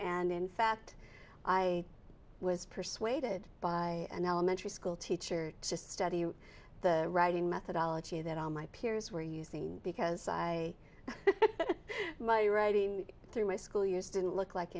and in fact i was persuaded by an elementary school teacher to just study the writing methodology that all my peers were using because i my writing through my school years didn't look like